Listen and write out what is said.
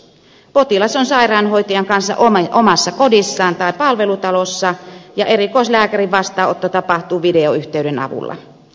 potilas on sairaanhoitajan kanssa omassa kodissaan tai palvelutalossa ja erikoislääkärin vastaanotto tapahtuu videoyhteyden avulla